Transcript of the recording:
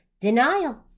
denial